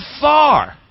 far